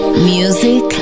Music